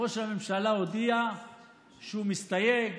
ראש הממשלה הודיע שהוא מסתייג.